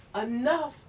enough